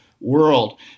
world